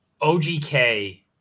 OGK